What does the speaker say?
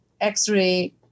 x-ray